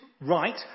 right